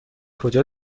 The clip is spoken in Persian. کجا